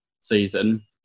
season